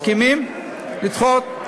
מסכימים לדחות?